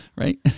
Right